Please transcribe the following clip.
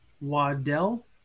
Waddell